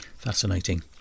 Fascinating